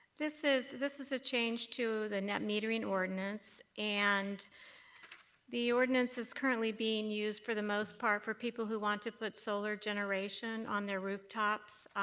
this is this is a change to the net metering ordinance. and the ordinance is currently being used for the most part for people who want to put solar generation on their rooftops.